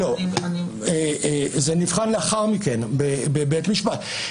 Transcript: זה נבחן לאחר מכן בבית משפט.